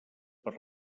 per